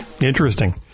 Interesting